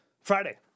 Friday